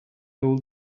old